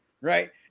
right